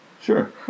Sure